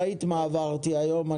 ראית מה עברתי היום.